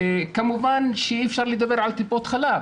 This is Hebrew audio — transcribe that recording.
כמובן שאי אפשר לדבר על טיפות חלב,